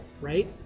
right